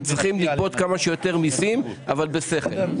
צריכים לגבות כמה שיותר מיסים אבל בשכל.